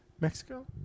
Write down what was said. mexico